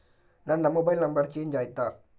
ನನ್ನ mobile number change ಆಯ್ತಾ?